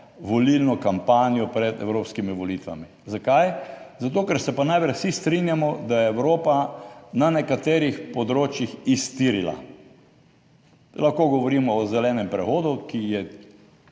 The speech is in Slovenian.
volilno kampanjo pred evropskimi volitvami. Zakaj? Zato, ker se pa najbrž vsi strinjamo, da je Evropa na nekaterih področjih iztirila. Lahko govorimo o zelenem prehodu, ki je